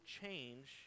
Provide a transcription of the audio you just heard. change